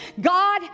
God